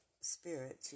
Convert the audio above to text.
spirit